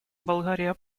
болгария